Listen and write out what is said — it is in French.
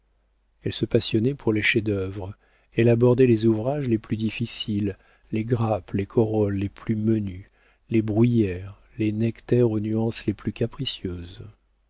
elle se passionnait pour les chefs-d'œuvre elle abordait les ouvrages les plus difficiles les grappes les corolles les plus menues les bruyères les nectaires aux nuances les plus capricieuses